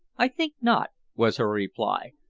i think not, was her reply.